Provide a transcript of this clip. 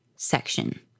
section